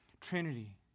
Trinity